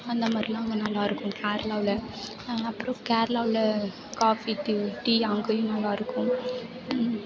அந்த மாதிரிலாம் அங்கே நல்லா இருக்கும் கேரளாவில் அப்புறம் கேரளாவில் காப்பி தூள் டீ அங்கேயும் நல்லா இருக்கும்